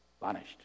vanished